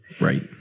Right